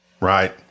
right